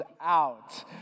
out